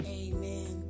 amen